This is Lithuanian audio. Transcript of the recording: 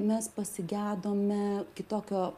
mes pasigedome kitokio